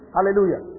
Hallelujah